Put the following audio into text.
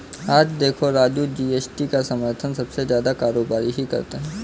आज देखो राजू जी.एस.टी का समर्थन सबसे ज्यादा कारोबारी ही करते हैं